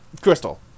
Crystal